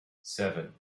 seven